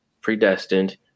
predestined